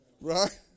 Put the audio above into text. Right